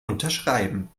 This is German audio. unterschreiben